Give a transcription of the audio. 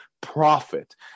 profit